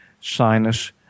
sinus